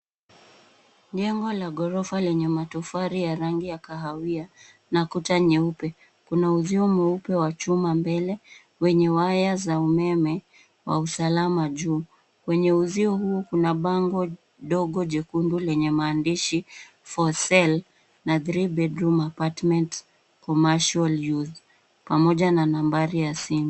Jengo la gorofa lenye matofari ya rangi ya kahawia na kuta nyeupe. Kunauzio mweupe wa chuma mbele, wenye waya za umeme kwa usalama juu. Kwenye uzio huu kuna bango dogo jekundu, lenye maandishi, For sell na Three bedroom apartment comercial use , pamoja na nambari ya simu.